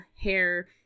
hair